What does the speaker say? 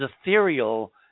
ethereal